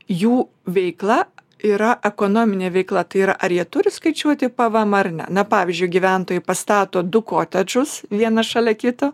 jų veikla yra ekonominė veikla tai yra ar jie turi skaičiuoti pvemą ar ne na pavyzdžiui gyventojai pastato du kotedžus vieną šalia kito